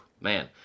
man